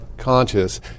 conscious